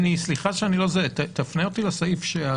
תפנה אותי לסעיף.